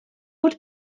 fod